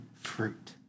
fruit